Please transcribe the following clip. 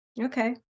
Okay